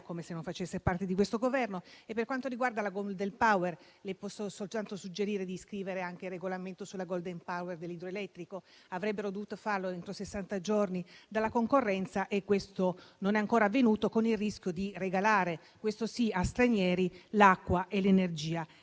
come se non facesse parte di questo Governo. Per quanto riguarda la *golden power*, le posso soltanto suggerire di scrivere anche il regolamento sulla *golden power* dell'idroelettrico. Avrebbero dovuto farlo entro sessanta giorni dalla concorrenza, ma questo non è ancora avvenuto, con il rischio di regalare, questo sì, a stranieri, l'acqua e l'energia.